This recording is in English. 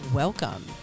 welcome